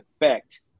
effect